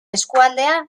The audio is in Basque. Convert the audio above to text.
eskualdea